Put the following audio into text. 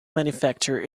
manufacture